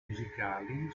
musicali